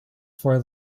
for